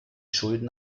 schulden